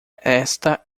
esta